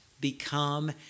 become